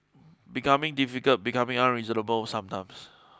becoming difficult becoming unreasonable sometimes